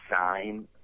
sign